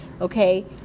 Okay